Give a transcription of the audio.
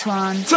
one